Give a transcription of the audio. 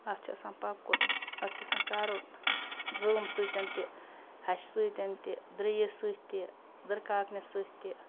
اَتھ چھِ آسان پَکُن اَتھ چھِ آسان کَرُن زٲم سۭتۍ تہِ ہَشہِ سۭتۍ تہِ درٕرِس سۭتۍ تہِ دٕرکاکنہِ سۭتۍ تہِ